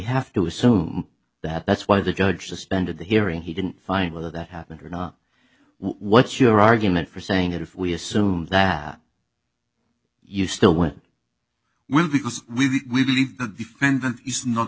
have to assume that that's why the judge suspended the hearing he didn't find whether that happened or not what your argument for saying that if we assume that you still went with because we believe the defendant is not